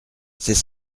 c’est